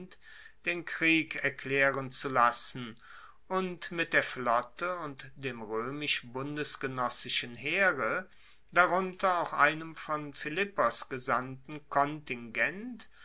den krieg erklaeren zu lassen und mit der flotte und dem roemisch bundesgenoessischen heere darunter auch einem von philippos gesandten kontingent